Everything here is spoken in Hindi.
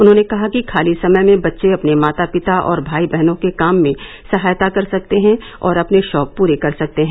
उन्होंने कहा कि खाली समय में बच्चे अपने माता पिता और भाई बहनों के काम में सहायता कर सकते हैं और अपने शौक पूरे कर सकते हैं